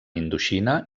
indoxina